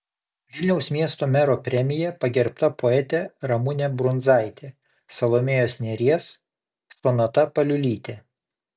vilniaus miesto mero premija pagerbta poetė ramunė brundzaitė salomėjos nėries sonata paliulytė